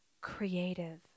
creative